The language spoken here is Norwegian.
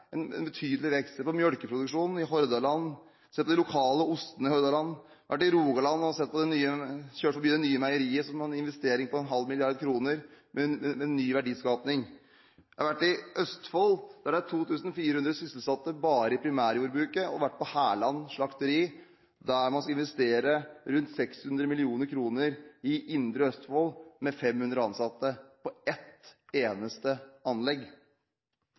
en betydelig vekst. Jeg har sett på melkeproduksjonen i Hordaland, og også sett på de lokale ostene der. Jeg har vært i Rogaland og kjørt forbi det nye meieriet, som har en investering på en halv milliard kroner, med ny verdiskaping. Jeg har vært i Østfold, der det er 2 400 sysselsatte bare i primærjordbruket, og har vært på Hærland slakteri, der man skal investere rundt 600 mill. kr i indre Østfold, med 500 ansatte på ett eneste anlegg.